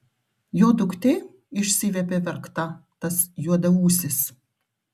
jo duktė išsiviepė verkta tas juodaūsis